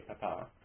papa